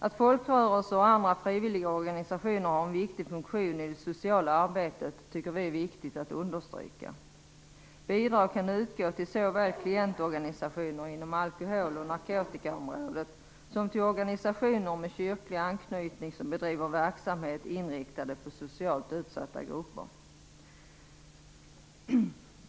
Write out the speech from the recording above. Att folkrörelser och andra frivilliga organisationer har en viktig funktion i det sociala arbetet tycker vi är viktigt att understryka. Bidrag kan utgå till så väl klientorganisationer inom alkohol och narkotikaområdet som till organisationer med kyrklig anknytning som bedriver verksamhet inriktad på socialt utsatta grupper.